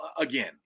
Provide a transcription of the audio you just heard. again